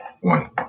One